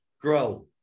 grow